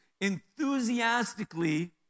enthusiastically